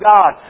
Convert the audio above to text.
God